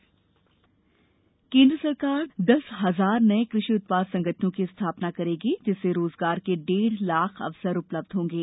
मंत्रिमंडल केन्द्र सरकार दस हजार नये कृषि उत्पाद संगठनों की स्थापना करेगी जिससे रोजगार के डेढ़ लाख अवसर उपलब्ध होंगे